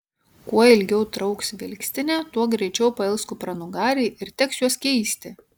kuo ilgiau trauks vilkstinė tuo greičiau pails kupranugariai ir teks juos keisti